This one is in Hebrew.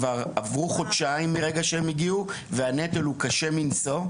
כבר עברו חודשיים מרגע שהם הגיעו והנטל הוא קשה מנשוא.